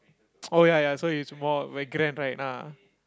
oh ya ya so it's more grand right ah